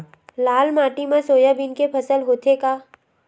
लाल माटी मा सोयाबीन के फसल होथे का?